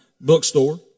Bookstore